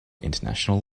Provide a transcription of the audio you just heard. international